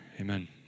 Amen